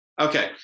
Okay